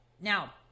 Now